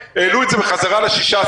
העלו את זה בחזרה ל-16%.